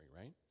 right